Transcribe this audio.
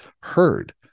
heard